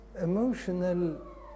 emotional